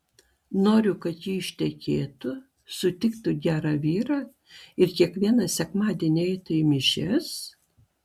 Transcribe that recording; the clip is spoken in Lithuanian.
noriu kad ji ištekėtų sutiktų gerą vyrą ir kiekvieną sekmadienį eitų į mišias